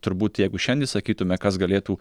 turbūt jeigu šiandien sakytume kas galėtų